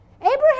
Abraham